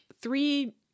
three